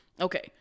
Okay